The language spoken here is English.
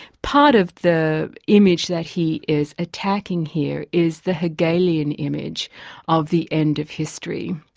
part of the image that he is attacking here is the hegelian image of the end of history,